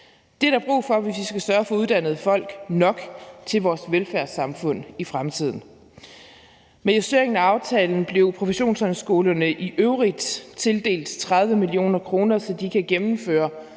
Det er der brug for, hvis vi skal sørge for, at der er uddannede folk nok til vores velfærdssamfund i fremtiden. Med justeringen af aftalen blev professionshøjskolerne i øvrigt tildelt 30 mio. kr., så de kan gennemføre